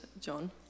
John